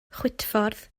chwitffordd